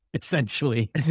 Essentially